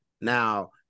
Now